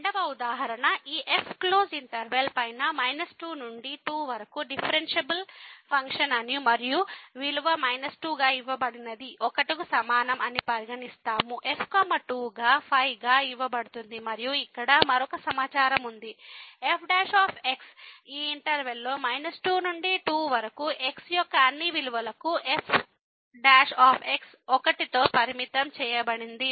రెండవ ఉదాహరణ ఈ f క్లోజ్డ్ ఇంటర్వెల్ పైన 2 నుండి 2 వరకు డిఫరేన్శీఎబుల్ ఫంక్షన్ అని మరియు విలువ 2 గా ఇవ్వబడినది 1 కు సమానం అని పరిగణిస్తాము f 2 గా 5 గా ఇవ్వబడుతుంది మరియు ఇక్కడ మరొక సమాచారం ఉంది f ఈ ఇంటర్వెల్ లో 2 నుండి 2 వరకు x యొక్క అన్ని విలువలకు f 1 తో పరిమితం చేయబడింది